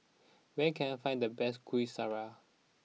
where can I find the best Kuih Syara